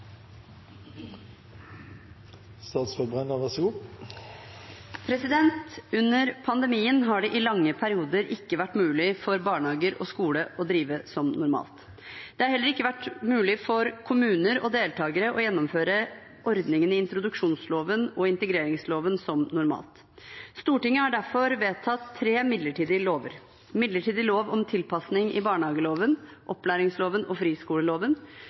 Under pandemien har det i lange perioder ikke vært mulig for barnehager og skoler å drive som normalt. Det har heller ikke vært mulig for kommuner og deltakere å gjennomføre ordningene i introduksjonsloven og integreringsloven som normalt. Stortinget har derfor vedtatt tre midlertidige lover: midlertidig lov om tilpasninger i barnehageloven, opplæringsloven og friskoleloven,